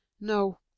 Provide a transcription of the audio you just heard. No